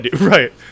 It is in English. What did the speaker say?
right